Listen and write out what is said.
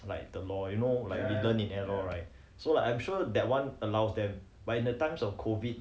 like the law you know like providen in the law right so like I'm sure that one allows them but in the times of COVID